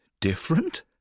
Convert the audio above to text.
Different